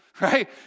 right